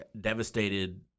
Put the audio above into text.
devastated